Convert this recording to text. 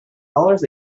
dollars